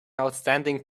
outstanding